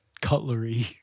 Cutlery